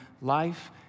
life